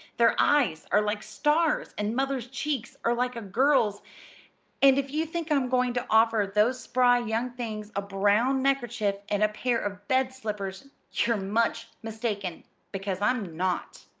their eyes are like stars, and mother's cheeks are like a girl's and if you think i'm going to offer those spry young things a brown neckerchief and a pair of bed-slippers you're much mistaken because i'm not!